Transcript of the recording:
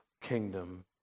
kingdom